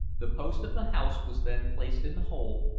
the post of the house was then placed in the hole,